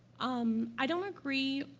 um, i don't agree,